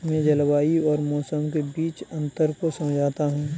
मैं जलवायु और मौसम के बीच अंतर को समझता हूं